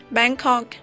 Bangkok